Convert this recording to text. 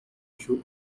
issue